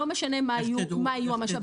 לא משנה מה יהיו המשאבים.